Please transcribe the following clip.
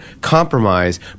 compromise